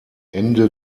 ende